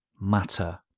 matter